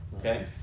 Okay